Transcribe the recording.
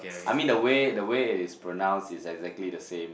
I mean the way the way it is pronounced is exactly the same